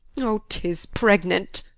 o, tis pregnant,